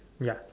ya